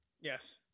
Yes